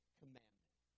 commandment